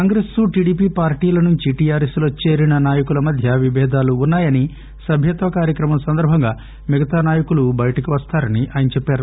కాంగ్రెస్ టీడీపీ పార్టీల నుంచి టీఆర్ఎస్ లో చేరిన నాయకుల మధ్య విభేదాలున్నాయని సభ్యత్వ కార్యక్రమం సందర్బంగా మిగతా నాయకులు బయటికి వస్తారని ఆయన చెప్పారు